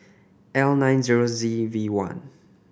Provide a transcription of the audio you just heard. L nine zero Z V one